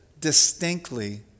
distinctly